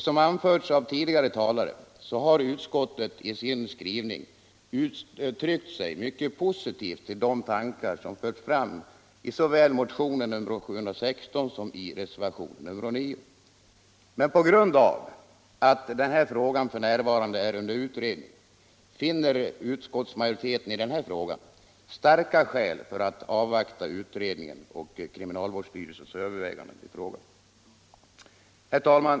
Som anförts av tidigare talare har utskottet i sin skrivning uttryckt sig mycket positivt till de tankar som förts fram såväl i motionen 716 som i reservationen 9, men på grund av att frågan f.n. är under utredning finner utskottsmajoriteten i denna fråga starka skäl för att avvakta utredningen och kriminalvårdsstyrelsens överväganden i frågan. Herr talman!